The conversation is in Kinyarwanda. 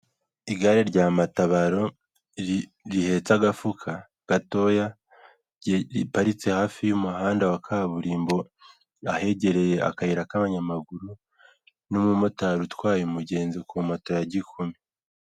Igare rya matabaro rihetse agafuka gatoya riparitse hafi y'umuhanda wa kaburimbo ahegereye akayira k'abanyamaguru n'umumotari utwaye umugenzi ku moto ya gikuma.